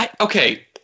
Okay